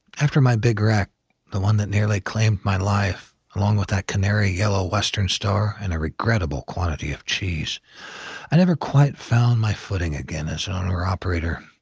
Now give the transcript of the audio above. after my big wreck the one that nearly claimed my life, along with that canary yellow western star and a regrettable quantity of cheese i never quite found my footing again as an owner-operator.